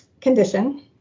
condition